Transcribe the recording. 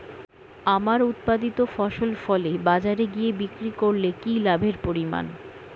আমার উৎপাদিত ফসল ফলে বাজারে গিয়ে বিক্রি করলে কি লাভের পরিমাণ?